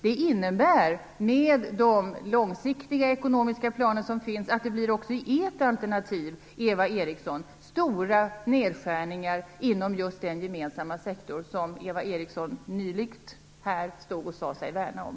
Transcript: Det innebär - med de långsiktiga ekonomiska planer som finns - att det också enligt ert alternativ, Eva Eriksson, blir stora nedskärningar inom just den gemensamma sektor som Eva Eriksson nyligen sade sig värna om.